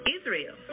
Israel